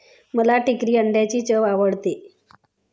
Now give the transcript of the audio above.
मला टर्की अंड्यांची चव आवडते